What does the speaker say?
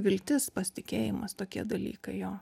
viltis pasitikėjimas tokie dalykai jo